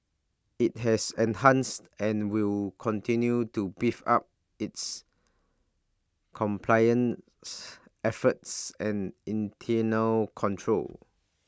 IT has enhanced and will continue to beef up its compliance efforts and internal controls